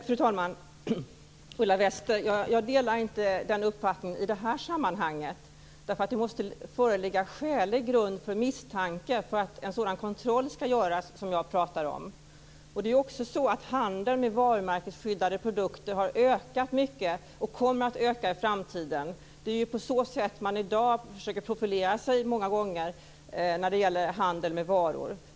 Fru talman! Ulla Wester! Jag delar inte den uppfattningen i det här sammanhanget. Det måste nämligen föreligga skälig grund för misstanke för att en sådan kontroll ska göras som jag pratar om. Handeln med varumärkesskyddade produkter har också ökat mycket och kommer att öka i framtiden. Det är ju många gånger på så sätt man försöker profilera sig i dag när det gäller handel med varor.